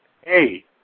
Hey